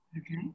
Okay